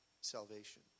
salvation